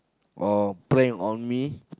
or playing on me